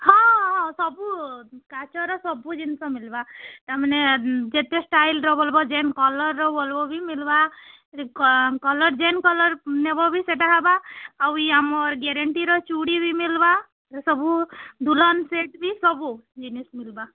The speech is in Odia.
ହଁ ହଁ ସବୁ କାଚର ସବୁ ଜିନିଷ ମିଲ୍ବା ତା'ମାନେ ଯେତେ ଷ୍ଟାଇଲ୍ର ଭଲ୍ ଭଲ୍ ଯେନ୍ କଲର୍ର ବୋଲବୋ ବି ମିଲ୍ବା କଲର୍ ଯେନ୍ କଲର୍ ନେବ ବି ସେଇଟା ହବା ଆଉ ଇଏ ଆମର ଗ୍ୟାରେଣ୍ଟିର ଚୁଡ଼ି ବି ମିଲ୍ବା ସବୁ ଦୁଲ୍ହନ୍ ସେଟ୍ ବି ସବୁ ଜିନିଷ୍ ମିଲ୍ବା